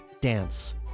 dance